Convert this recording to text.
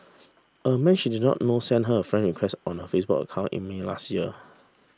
a man she did not know sent her a friend request on her Facebook account in May last year